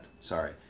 Sorry